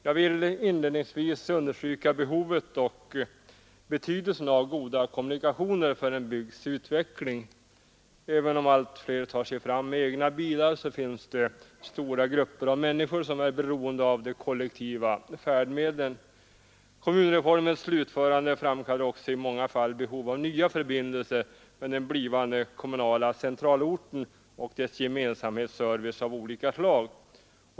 Jag vill inledningsvis understryka behovet och betydelsen av goda kommunikationer för en bygds utveckling. Även om allt fler tar sig fram med egna bilar är stora grupper människor beroende av kollektiva färdmedel. Kommunreformens slutförande framkallar också i många fall behov av nya förbindelser med den blivande centralorten och dess gemensamhetsservice av olika slag.